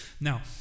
Now